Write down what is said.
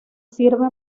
sirve